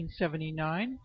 1979